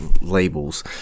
labels